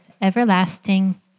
everlasting